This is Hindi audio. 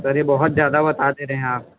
सर ये बहुत ज़्यादा बता दे रहे हैं आप